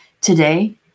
today